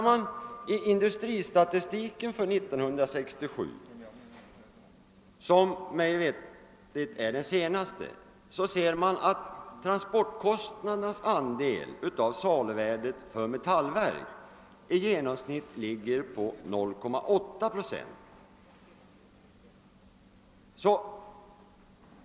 Av industristatistiken för år 1967, som mig veterligt är den senaste, framgår att transportkostnadernas andel av saluvärdet för metallverk i genomsnitt ligger på 0,8 procent.